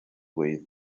way